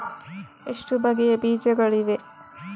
ಎಷ್ಟು ಬಗೆಯ ಬೀಜಗಳಿವೆ?